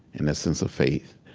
and that sense of faith.